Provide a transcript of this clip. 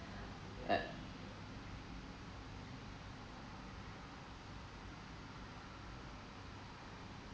uh